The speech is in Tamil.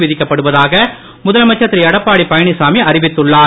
விதிக்கப்படுவதாக முதலமைச்சர் திருஎடப்பாடி பழனிசாமி அறிவித்துள்ளார்